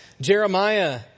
Jeremiah